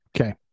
okay